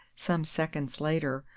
some seconds later,